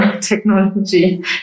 technology